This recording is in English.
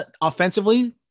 offensively